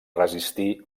resistir